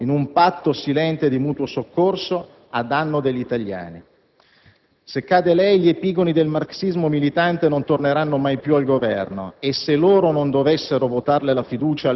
Ma voi siete legati a doppio filo, in un patto silente di mutuo soccorso a danno degli italiani. Se cade lei, gli epigoni del marxismo militante non torneranno mai più al Governo